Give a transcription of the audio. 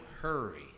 hurry